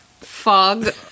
fog